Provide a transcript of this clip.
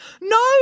No